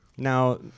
Now